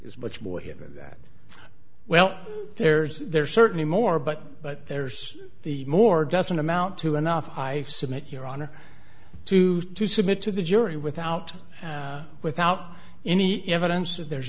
is much more here than that well there's there's certainly more but but there's the more doesn't amount to enough i submit your honor to to submit to the jury without without any evidence that there is a